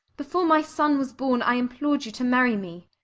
before my son was born, i implored you to marry me.